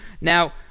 Now